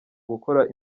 gukora